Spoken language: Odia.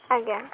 ଆଜ୍ଞା